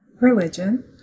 Religion